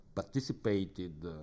Participated